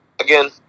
Again